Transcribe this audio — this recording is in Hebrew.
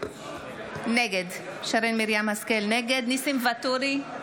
נגד ניסים ואטורי,